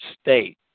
state